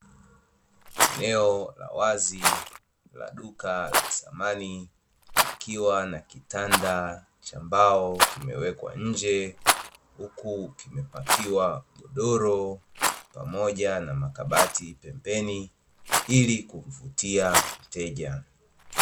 Eneo la wazi la duka la samani likiwa na kitanda cha mbao kimewekwa nje, huku kimepakiwa godoro pamoja na makabati pembeni ili kumvutia mteja.